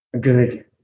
good